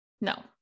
No